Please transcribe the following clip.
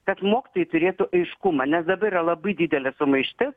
kad mokytojai turėtų aiškumą nes dabar yra labai didelė sumaištis